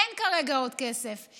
אין כרגע עוד כסף.